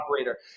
operator